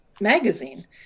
magazine